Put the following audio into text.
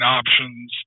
options